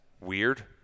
weird